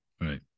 right